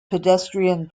pedestrian